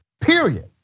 period